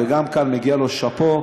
וגם כאן מגיע לו שאפו.